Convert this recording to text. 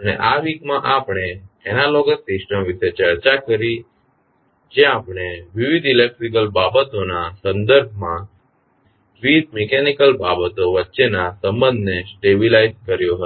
અને આ વીકમાં આપણે એનાલોગસ સિસ્ટમ વિશે ચર્ચા કરી જ્યાં આપણે વિવિધ ઇલેક્ટ્રીકલ બાબતો ના સંદર્ભમાં વિવિધ મિકેનીકલ બાબતો વચ્ચેના સંબંધને સ્ટેબીલાઇઝ કર્યો હતો